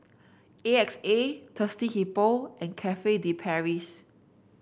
A X A Thirsty Hippo and Cafe De Paris